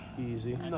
Easy